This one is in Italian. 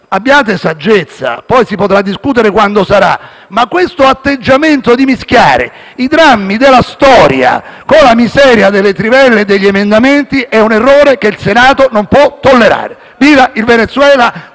avere saggezza, poi si potrà discutere quando sarà, ma questo atteggiamento di mischiare i drammi della storia con la miseria delle trivelle e degli emendamenti è un errore che il Senato non può tollerare. Viva il Venezuela